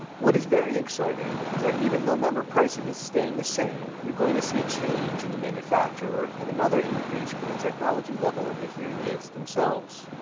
what is very exciting is that even though member pricing is staying the same, you're going to see a change in the manufacturer and another increase in the technology level of the hearing aids themselves.